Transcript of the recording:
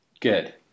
Good